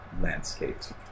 landscapes